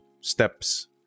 steps